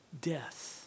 death